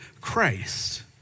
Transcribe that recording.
Christ